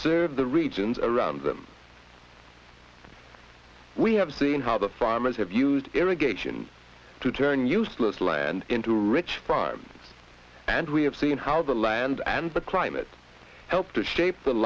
serve the regions around them we have seen how the farmers have used irrigation to turn useless land into rich farms and we have seen how the land and the climate help to shape th